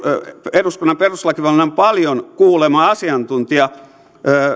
eduskunnan perustuslakivaliokunnan paljon kuulema asiantuntija